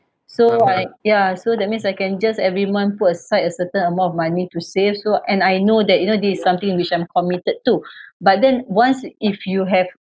so I ya so that means I can just every month put aside a certain amount of money to save so and I know that you know this is something which I'm committed to but then once if you have